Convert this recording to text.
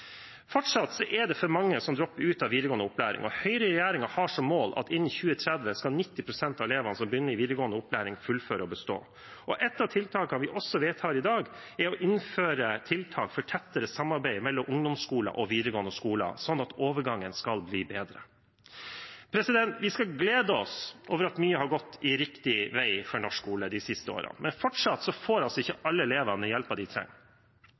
er det for mange som dropper ut av videregående opplæring, og Høyre i regjering har som mål at innen 2030 skal 90 pst. av elevene som begynner i videregående opplæring, fullføre og bestå. Ett av tiltakene vi også vedtar i dag, er å innføre tiltak for tettere samarbeid mellom ungdomsskoler og videregående skoler, sånn at overgangen skal bli bedre. Vi skal glede oss over at mye har gått riktig vei for norsk skole de siste årene, men fortsatt får ikke alle elevene den hjelpen de trenger.